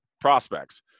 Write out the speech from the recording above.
prospects